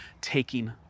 taking